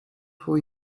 for